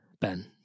Ben